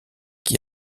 qui